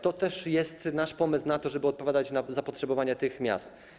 To też jest nasz pomysł na to, aby odpowiadać na zapotrzebowanie tych miast.